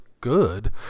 good